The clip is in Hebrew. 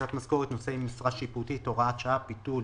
" החלטת משכורת נושאי משרה שיפוטית (הוראת שעה ביטול